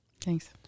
Thanks